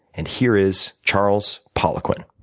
and here is charles poliquin.